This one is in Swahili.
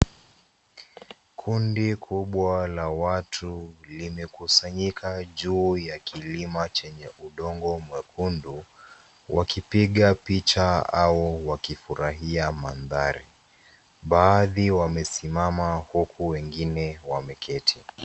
Kundi kubwa la watu limekusanyika juu ya kilima chenye udongo mwekundu wakipiga picha au wakifurahia mandhari. Baadhi wamesimama huku wengine wameketi.